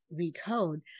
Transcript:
recode